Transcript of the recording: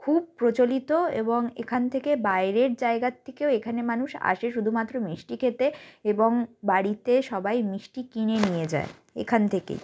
খুব প্রচলিত এবং এখান থেকে বাইরের জায়গার থেকেও এখানে মানুষ আসে শুধুমাত্র মিষ্টি খেতে এবং বাড়িতে সবাই মিষ্টি কিনে নিয়ে যায় এখান থেকেই